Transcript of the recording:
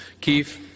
Keith